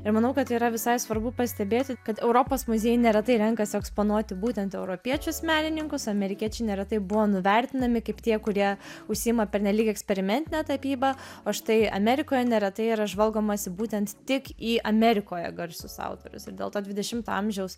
ir manau kad tai yra visai svarbu pastebėti kad europos muziejai neretai renkasi eksponuoti būtent europiečius menininkus amerikiečiai neretai buvo nuvertinami kaip tie kurie užsiima pernelyg eksperimentine tapyba o štai amerikoje neretai yra žvalgomasi būtent tik į amerikoje garsius autorius ir dėl to dvidešimto amžiaus